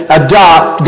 adopt